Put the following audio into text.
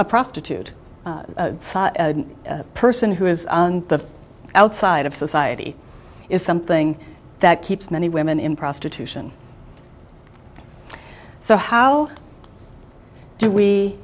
a prostitute a person who is on the outside of society is something that keeps many women in prostitution so how do we